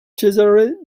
cesare